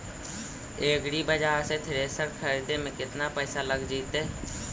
एग्रिबाजार से थ्रेसर खरिदे में केतना पैसा लग जितै?